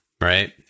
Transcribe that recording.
Right